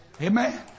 amen